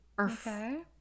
Okay